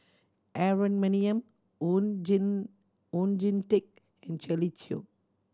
Aaron Maniam Oon Jin Oon Jin Teik and Shirley Chew